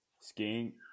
Skiing